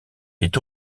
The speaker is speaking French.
est